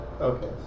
Okay